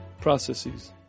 processes